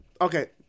okay